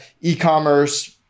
e-commerce